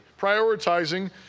prioritizing